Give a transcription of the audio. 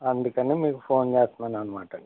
అందుకని మీకు ఫోన్ చేస్తున్నాను అన్నమాట